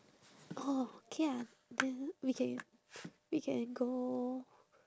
oh okay ah then we can we can go